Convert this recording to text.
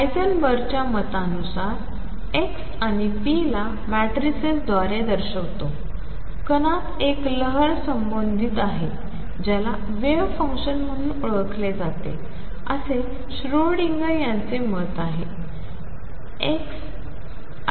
हाइसेनबर्गच्या मतानुसार x आणि p ला मॅट्रिसिस द्वारे दर्शवितो कणात एक लहर संबोधित आहे ज्याला वेव्ह फंक्शन म्हणून ओळखले जाते असे श्रोडिंगर याचे मत आहे